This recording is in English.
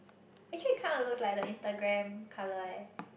actually kind of looks like the Instagram colour leh